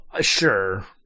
Sure